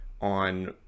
on